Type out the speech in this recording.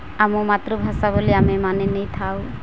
ଆମ ମାତୃଭାଷା ବୋଲି ଆମେ ମାନି ନେଇଥାଉ